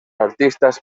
artistas